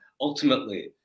ultimately